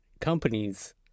companies